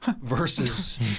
versus